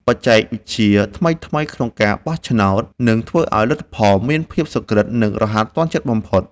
បច្ចេកវិទ្យាថ្មីៗក្នុងការបោះឆ្នោតនឹងធ្វើឱ្យលទ្ធផលមានភាពសុក្រឹត និង រហ័សទាន់ចិត្តបំផុត។